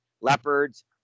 leopards